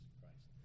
Christ